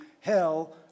hell